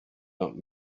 not